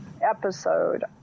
episode